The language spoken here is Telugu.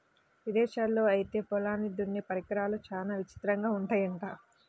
ఇదేశాల్లో ఐతే పొలాల్ని దున్నే పరికరాలు చానా విచిత్రంగా ఉంటయ్యంట